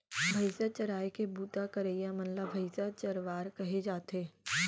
भईंसा चराए के बूता करइया मन ल भईंसा चरवार कहे जाथे